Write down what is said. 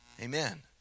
Amen